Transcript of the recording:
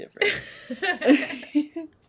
different